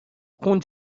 خون